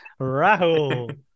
Rahul